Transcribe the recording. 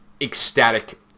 ecstatic